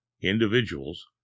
individuals